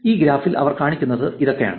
ഈ ഗ്രാഫിൽ അവർ കാണിക്കുന്നത് ഇതൊക്കെയാണ്